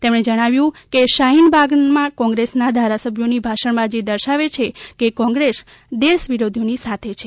તેમને જણાવ્યું હતું કે શાહીનબાગમાં કોંગ્રેસના ધારાસભ્યોની ભાષણબાજી દર્શાવે છે કે કોંગ્રેસ દેશવિરોધીઓની સાથે છે